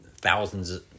thousands